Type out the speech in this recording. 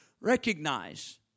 recognize